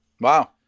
Wow